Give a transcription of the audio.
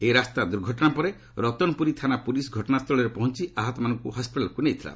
ଏହି ରାସ୍ତା ଦୂର୍ଘଟଣା ପରେ ରତନପୁରୀ ଥାନା ପୁଲିସ୍ ଘଟଣା ସ୍ଥଳରେ ପହଞ୍ଚି ଆହତମାନଙ୍କୁ ହସ୍କିଟାଲ୍ ନେଇଥିଲା